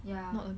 ya